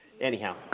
anyhow